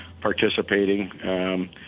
participating